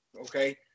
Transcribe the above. okay